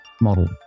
model